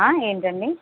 ఏంటండి